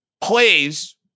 Plays